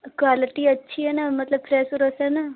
आ quality अच्छी है ना मतलब फ्रेस उरेस है ना